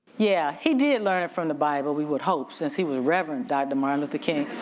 yeah, he did learn it from the bible we would hope since he was reverend dr. martin luther king.